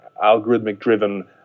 algorithmic-driven